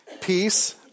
Peace